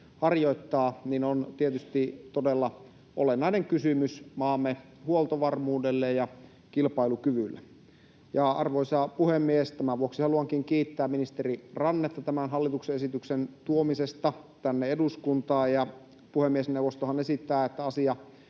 harjoittaa meriliikennettä, on todella olennainen kysymys maamme huoltovarmuudelle ja kilpailukyvylle. Arvoisa puhemies! Tämän vuoksi haluankin kiittää ministeri Rannetta tämän hallituksen esityksen tuomisesta tänne eduskuntaan. Puhemiesneuvostohan esittää, että asia